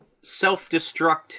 self-destruct